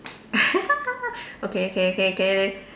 okay okay okay okay